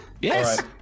Yes